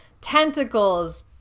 Tentacles